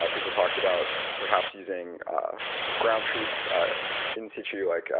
ah people talked about perhaps using ground truth in situ like